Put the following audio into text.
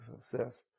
success